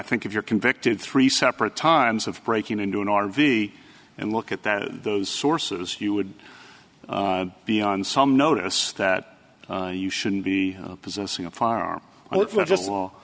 think if you're convicted three separate times of breaking into an r v and look at that those sources you would beyond some notice that you shouldn't be possessing a firearm well